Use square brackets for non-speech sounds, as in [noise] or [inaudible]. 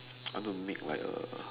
[noise] I want to make like a